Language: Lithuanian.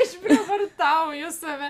išprievartauju save